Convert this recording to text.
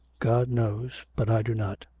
god knows! but i do not.